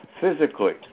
physically